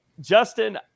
Justin